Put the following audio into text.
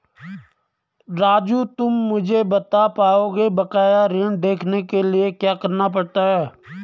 राजू तुम मुझे बता पाओगे बकाया ऋण देखने के लिए क्या करना पड़ता है?